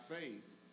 faith